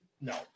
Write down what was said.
no